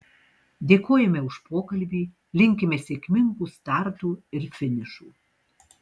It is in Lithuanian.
dėkojame už pokalbį linkime sėkmingų startų ir finišų